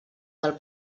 del